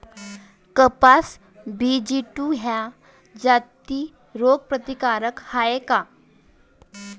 कपास BG two ह्या जाती रोग प्रतिकारक हाये का?